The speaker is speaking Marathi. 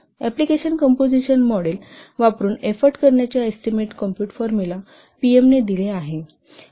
तर एप्लिकेशन कंपोजिशन मॉडेल वापरुन एफोर्ट करण्याच्या एस्टीमेट कॉम्पुट फॉर्मुला PM ने दिले आहे